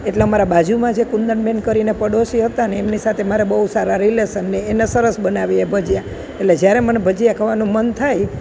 એટલે અમારા બાજુમાં જે કુંદન બહેન કરીને પડોશી હતાં ને એમની સાથે મારે બહુ સારા રિલેસન ને એને સરસ બનાવે એ ભજીયા એટલે જ્યારે મને ભજીયા ખાવાનું મન થાય